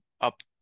up